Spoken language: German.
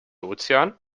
ozean